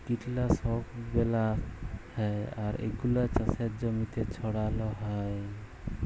কীটলাশক ব্যলাক হ্যয় আর এগুলা চাসের জমিতে ছড়াল হ্য়য়